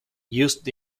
used